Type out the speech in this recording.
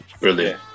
Brilliant